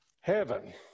heaven